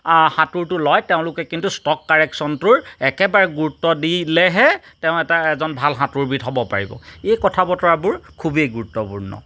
সাঁতোৰটো লয় তেওঁলোকে কিন্তু ষ্টক কাৰেকশ্যনটোৰ একেবাৰে গুৰুত্ব দিলেহে তেওঁ এটা এজন ভাল সাঁতোৰবিদ হ'ব পাৰিব এই কথা বতৰাবোৰ খুবেই গুৰুত্বপূৰ্ণ